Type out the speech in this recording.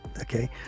Okay